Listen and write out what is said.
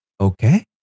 Okay